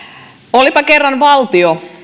olipa kerran valtio